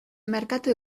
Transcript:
merkatu